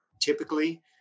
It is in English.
typically